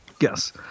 Yes